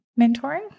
mentoring